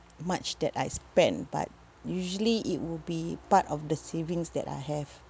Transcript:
much that I spend but usually it will be part of the savings that I have